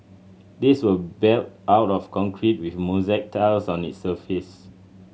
these were built out of concrete with mosaic tiles on its surface